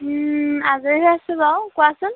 আজৰি আছোঁ বাৰু কোৱাচোন